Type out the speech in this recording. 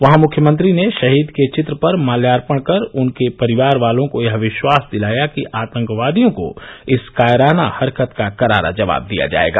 वहां मुख्यमंत्री ने शहीद के चित्र पर माल्यार्पण कर उनके परिवार वालों को यह विश्वास दिलाया कि आतंकवादियों को इस कायराना हरकत का कारारा जवाब दिया जायेगा